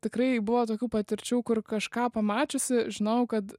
tikrai buvo tokių patirčių kur kažką pamačiusi žinojau kad